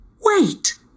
Wait